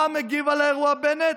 איך מגיב על האירוע בנט?